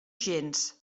gens